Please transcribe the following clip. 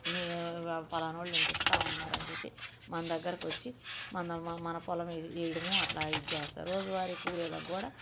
మీ ప పాలనోళ్ళింతిస్తామన్నారు అని చెప్పి మన దగ్గరకొచ్చి మన మ మన పొలమే వేయడము అట్లా ఇది చేస్తారు రోజువారీ కూలిలకి కూడా